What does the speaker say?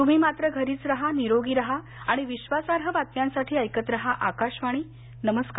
तुम्ही मात्र घरीच राहा निरोगी राहा आणि विश्वासार्ह बातम्यांसाठी ऐकत राहा आकाशवाणी नमस्कार